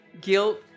guilt